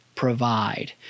Provide